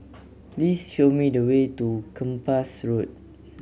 please show me the way to Kempas Road